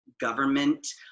government